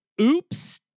oops